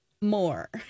more